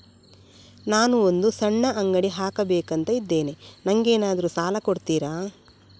ನಾನು ಒಂದು ಸಣ್ಣ ಅಂಗಡಿ ಹಾಕಬೇಕುಂತ ಇದ್ದೇನೆ ನಂಗೇನಾದ್ರು ಸಾಲ ಕೊಡ್ತೀರಾ?